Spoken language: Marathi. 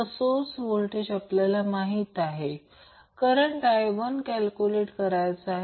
तर सोर्स व्होल्टेज आपल्याला माहित आहे आणि करंट I1 आपण कॅल्क्युलेट केले आहे